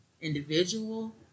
individual